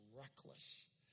reckless